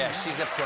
yeah she's up